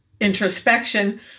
introspection